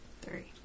three